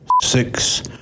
six